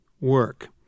work